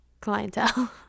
clientele